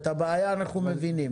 את הבעיה אנחנו מבינים.